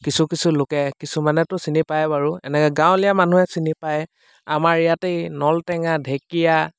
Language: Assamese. কিছু কিছু লোকে কিছুমানতো চিনি পায় বাৰু এনেকে গাঁৱলীয়া মানুহে চিনি পায় আমাৰ ইয়াতেই নল টেঙা ঢেকীয়া